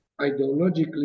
ideologically